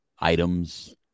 items